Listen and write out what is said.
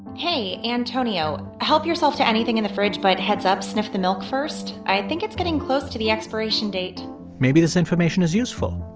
hey, antonio, help yourself to anything in the fridge. but heads up, sniff the milk first. i think it's getting close to the expiration date maybe this information is useful.